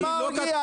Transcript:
אבל --- סמי ומרגי,